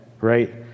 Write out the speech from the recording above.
Right